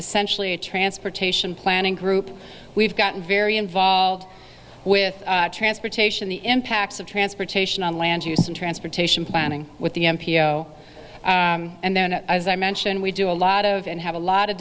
essentially a transportation planning group we've gotten very involved with transportation the impacts of transportation on land use and transportation planning with the m p o and then as i mentioned we do a lot of and have a lot of